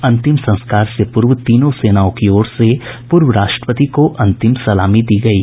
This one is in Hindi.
अंतिम संस्कार से पूर्व तीनों सेनाओं की ओर से पूर्व राष्ट्रपति को अंतिम सलामी दी गयी